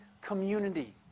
community